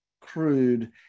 crude